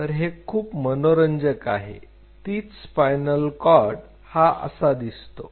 तर हे खूप मनोरंजक आहे तीच स्पायनल कॉर्ड हा असा दिसतो